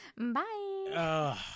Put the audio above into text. Bye